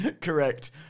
Correct